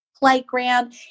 playground